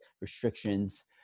restrictions